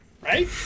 Right